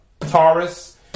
Taurus